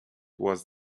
was